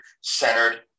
centered